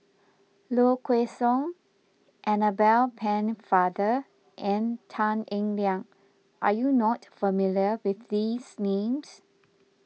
Low Kway Song Annabel Pennefather and Tan Eng Liang are you not familiar with these names